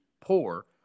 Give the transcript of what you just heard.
poor